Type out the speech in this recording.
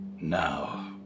Now